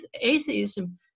atheism